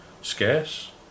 scarce